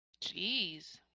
Jeez